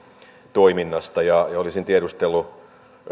toiminnasta ja olisin tiedustellut